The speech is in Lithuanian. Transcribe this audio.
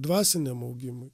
dvasiniam augimui